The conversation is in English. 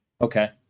okay